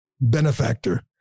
benefactor